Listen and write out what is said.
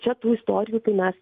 čia tų istorijų tai mes